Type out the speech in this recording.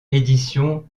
édition